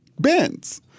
bends